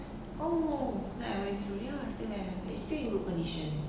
the